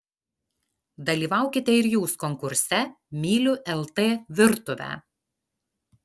dalyvaukite ir jūs konkurse myliu lt virtuvę